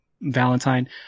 Valentine